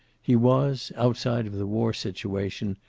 he was, outside of the war situation,